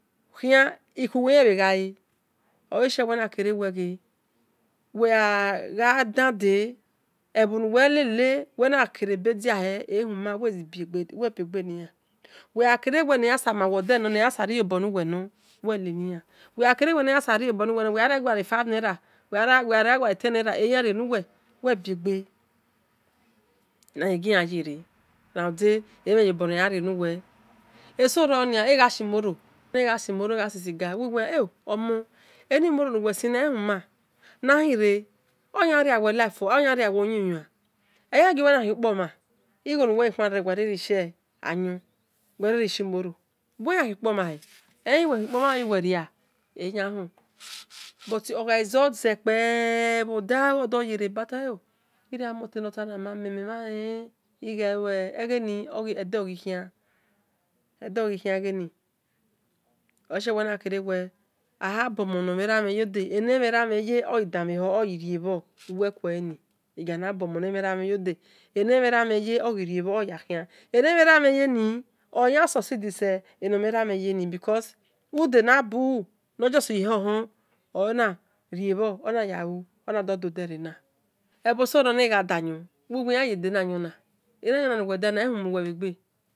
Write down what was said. Khian ikhu wel yanghi ghale olesh wel nakere wel nia ghe wel a gha dan de ebho nuwe lele wel nu kere be diahe webiegbehian wel gha kere wel ne nan sa riyobor nor wel lenina wegha kere nayan saber riyobor wegha gha guali lo naira wel ghare gha guali lo naira eyansabor rienywel wel bieghe nahagiayere rade emhen yobor nayarieruwel ebhosoro eghu shi moro egho shi-shi ga wel wel ehima nahire oyan riawe uyimhia eyaguare na khio kpomhan igho nuwe ghi khuan hia wel rie ri shi moro buwe yan ya khi okpo mha he eyan yuwel khio kpomha oyan yuwe ria but oghai dozekpe bho dalo wil wel e o irio amo doma me mel mhan len egheni ede aghi